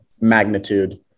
magnitude